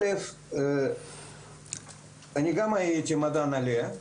ראשית, אני גם הייתי מדען עולה.